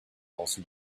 also